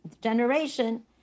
generation